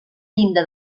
llinda